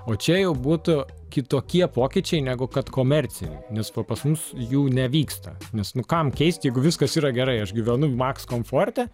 o čia jau būtų kitokie pokyčiai negu kad komercijai nes pa pas mus jų nevyksta nes nu kam keisti jeigu viskas yra gerai aš gyvenu maks komforte